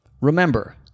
Remember